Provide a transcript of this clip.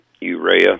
urea